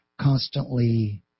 constantly